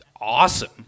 awesome